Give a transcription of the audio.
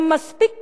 הם מספיק פיקחים,